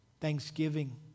thanksgiving